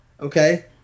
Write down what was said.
Okay